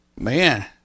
Man